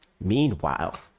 meanwhile